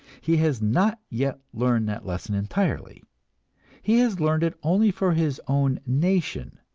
he has not yet learned that lesson entirely he has learned it only for his own nation.